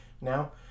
now